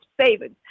savings